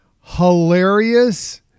hilarious